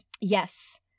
yes